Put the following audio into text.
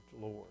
Lord